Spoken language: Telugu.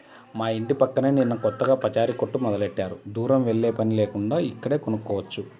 మా యింటి పక్కనే నిన్న కొత్తగా పచారీ కొట్టు మొదలుబెట్టారు, దూరం వెల్లేపని లేకుండా ఇక్కడే కొనుక్కోవచ్చు